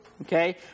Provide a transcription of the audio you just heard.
okay